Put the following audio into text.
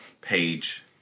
page